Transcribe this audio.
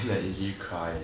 until that izzie cry leh